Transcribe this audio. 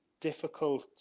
difficult